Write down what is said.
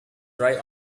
dry